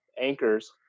anchors